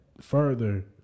further